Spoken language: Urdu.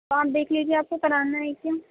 آپ دیکھ لیجیے آپ کو کرانا ہے کیا